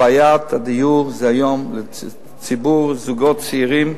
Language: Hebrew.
בעיית הדיור היא היום של ציבור הזוגות הצעירים,